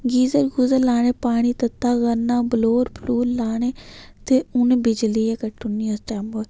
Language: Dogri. गीजर गूजर लाने पानी तत्ता करना ब्लोर ब्लूर लाने ते उ'नें बिजली गै कट्टी ओड़नी उस बेल्लै मोएं